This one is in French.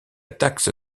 taxe